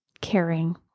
caring